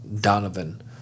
Donovan